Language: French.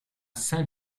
saint